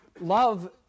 love